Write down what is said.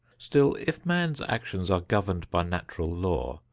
still if man's actions are governed by natural law,